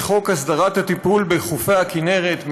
חוק הסדרת הטיפול בחופי הכינרת,